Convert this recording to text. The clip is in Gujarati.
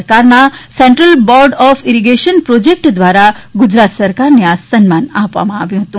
ભારત સરકારના Central Board of Irrigation project દ્વારા ગુજરાત સરકારને આ સન્માન આપવામાં આવ્યું હતું